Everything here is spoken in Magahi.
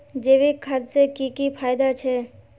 जैविक खाद से की की फायदा छे?